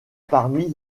parmi